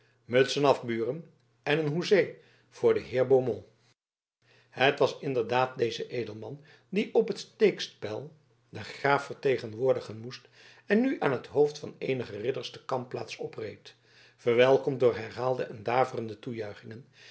mutsen af buren en een hoezee voor den heer van beaumont het was inderdaad deze edelman die op het steekspel den graaf vertegenwoordigen moest en nu aan t hoofd van eenige ridders de kampplaats opreed verwelkomd door herhaalde en daverende toejuichingen